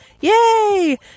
Yay